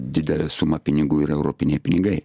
didelę sumą pinigų ir europiniai pinigai